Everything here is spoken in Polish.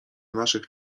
naszych